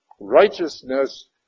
Righteousness